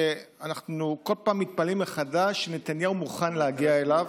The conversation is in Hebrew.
ואנחנו כל פעם מתפלאים מחדש שנתניהו מוכן להגיע אליו,